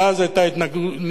ואז היתה התנגדות,